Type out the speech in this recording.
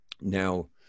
Now